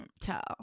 tell